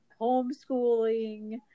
homeschooling